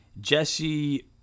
Jesse